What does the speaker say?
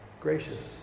gracious